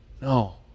No